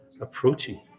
approaching